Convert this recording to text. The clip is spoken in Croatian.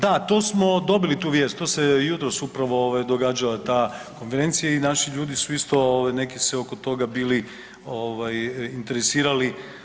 Da to smo dobili tu vijest to se jutros upravo ovaj događa ta konferencija i naši ljudi su isto neki se oko toga bili interesirali.